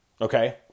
okay